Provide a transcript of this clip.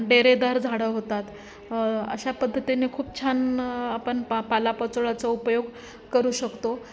डेरेदार झाडं होतात अशा पद्धतीने खूप छान आपण पा पालापाचोळ्याचा उपयोग करू शकतो